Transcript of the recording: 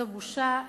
זו בושה,